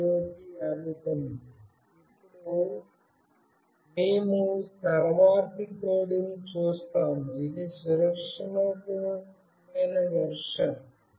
ఇప్పుడు మేము తరువాతి కోడ్ను చూస్తాము ఇది సురక్షిత వెర్షన్